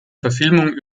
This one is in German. verfilmungen